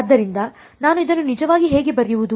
ಆದ್ದರಿಂದ ನಾನು ಇದನ್ನು ನಿಜವಾಗಿ ಹೇಗೆ ಬರೆಯುವುದು